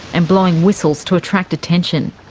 and blowing whistles to attract attention.